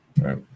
right